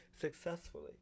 successfully